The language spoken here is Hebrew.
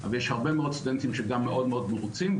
ויש הרבה מאוד סטודנטים שגם מאוד מאוד מרוצים.